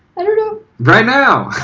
i don't know. right now!